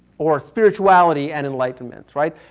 or spirituality and enlightenment right.